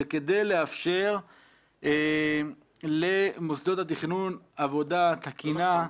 זה כדי לאפשר למוסדות התכנון עבודה תקינה,